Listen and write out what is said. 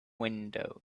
windows